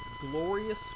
glorious